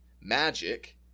Magic